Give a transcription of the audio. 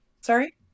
Sorry